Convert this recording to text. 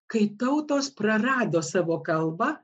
kai tautos prarado savo kalbą